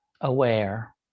aware